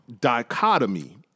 dichotomy